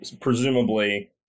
presumably